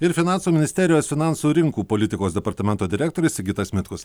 ir finansų ministerijos finansų rinkų politikos departamento direktorius sigitas mitkus